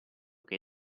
che